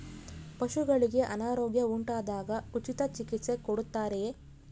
ಪಶುಗಳಿಗೆ ಅನಾರೋಗ್ಯ ಉಂಟಾದಾಗ ಉಚಿತ ಚಿಕಿತ್ಸೆ ಕೊಡುತ್ತಾರೆಯೇ?